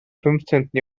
fünfzehnten